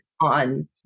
on